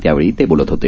त्यावेळी ते बोलत होते